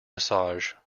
massage